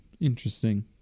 Interesting